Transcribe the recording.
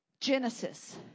Genesis